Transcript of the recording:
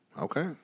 Okay